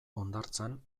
hondartzan